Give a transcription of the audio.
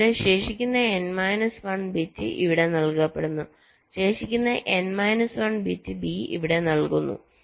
A യുടെ ശേഷിക്കുന്ന n minus 1 bit ഇവിടെ നൽകപ്പെടുന്നു ശേഷിക്കുന്ന n മൈനസ് 1 ബിറ്റ് B ഇവിടെ നൽകുന്നു